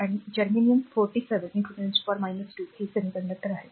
आणि जर्मेनियम 47 10 2 हे अर्धसंवाहक आहे